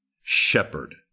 shepherd